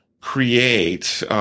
create –